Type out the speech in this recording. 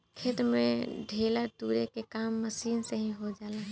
खेत में ढेला तुरे के काम भी मशीन से हो जाला